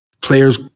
players